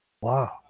Wow